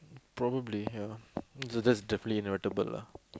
probably ya so that's definitely notable lah